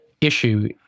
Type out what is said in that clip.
issue